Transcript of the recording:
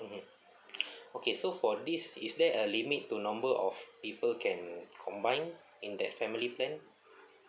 mmhmm okay so for this is there a limit to number of people can combine in that family plan